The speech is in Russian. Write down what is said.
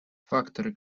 факторы